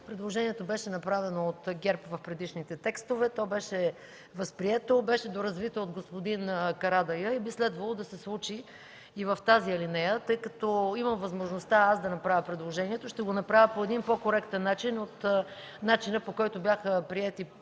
Предложението беше направено от ГЕРБ в предишните текстове. То беше възприето, беше доразвито от господин Карадайъ и би следвало да се случи в тази алинея. Тъй като имам възможността да направя предложението, ще го направя по един по-коректен начин от начина, по който бяха приети предните